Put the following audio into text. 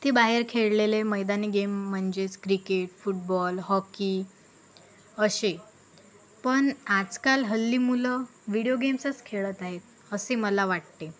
ते बाहेर खेळलेले मैदानी गेम म्हणजेच क्रिकेट फुटबॉल हॉकी असे पण आजकाल हल्ली मुलं विडीओ गेम्सच खेळत आहेत असे मला वाटते